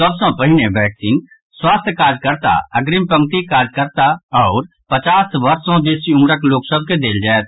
सभ सँ पहिने वैक्सीन स्वास्थ्य कार्यकर्ता अग्रिम पंक्तिक कार्यकर्ता आओर पचास वर्ष सँ बेसी उम्रक लोक सभ के देल जायत